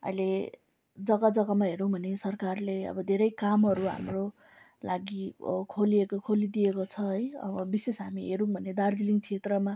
अहिले जग्गा जग्गामा हेऱ्यौँ भने सरकारले अब धेरै कामहरू हाम्रो लागि खोलिएको खोलिदिएको छ है विशेष हामी हेऱ्यौँ भने दार्जिलिङ क्षेत्रमा